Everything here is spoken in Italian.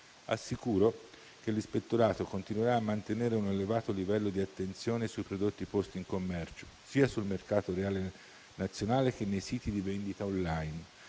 Assicuro che l'Ispettorato continuerà a mantenere un elevato livello di attenzione sui prodotti posti in commercio, sia sul mercato reale nazionale che nei siti di vendita *online*,